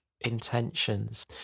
intentions